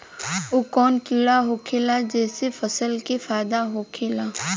उ कौन कीड़ा होखेला जेसे फसल के फ़ायदा होखे ला?